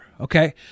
Okay